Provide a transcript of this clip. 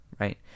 Right